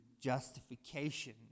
justification